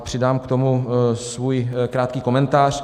Přidám k tomu svůj krátký komentář.